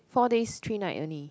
four days three night only